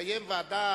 לקיים ועדת